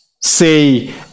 say